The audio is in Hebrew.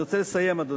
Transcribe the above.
אני רוצה לסיים, אדוני.